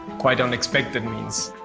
quite unexpected means.